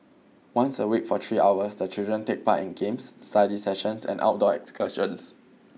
once a week for three hours the children take part in games study sessions and outdoor excursions